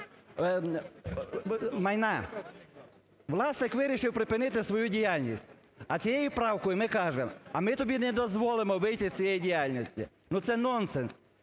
майна. Власник вирішив припинити свою діяльність, а цією правкою ми кажемо, а ми тобі не дозволимо вийти з цієї діяльності. Ну це нонсенс.